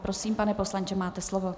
Prosím, pane poslanče, máte slovo.